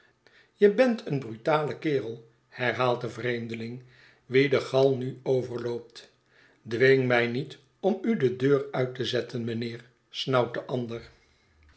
je bent een brutale kerel herhaalt de vreemdeling wien de gal nu overloopt dwing mij niet om u de deur uit te zetten mijnheer snauwt de ander